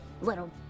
little